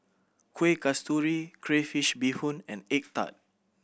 Kueh Kasturi crayfish beehoon and egg tart